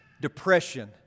depression